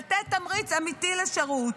לתת תמריץ אמיתי לשירות.